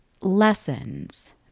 lessons